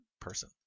person